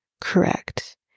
correct